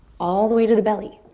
all the way to the belly.